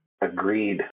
agreed